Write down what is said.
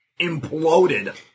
imploded